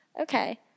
okay